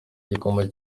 kigoma